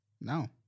No